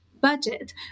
budget